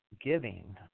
Giving